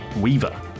Weaver